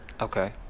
okay